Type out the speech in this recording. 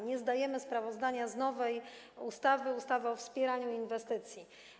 Nie zdajemy sprawozdania z nowej ustawy, ustawy o wspieraniu inwestycji.